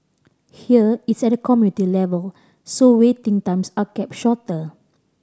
here it's at a community level so waiting times are kept shorter